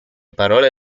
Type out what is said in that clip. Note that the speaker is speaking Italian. parole